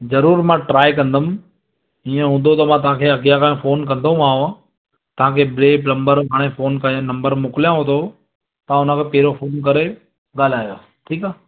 ज़रूरु मां ट्राए कंदुमि हीअं हूंदो त मां तव्हांखे अॻियां खां फोन कंदोमांव तव्हांखे ब्ले प्लम्बर हाणे फोन करे हाणे नंबर मोकलियांव थो तव्हां हुनखां पहिरियों फोन करे ॻाल्हायो ठीकु आहे